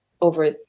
over